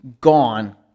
gone